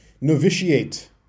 novitiate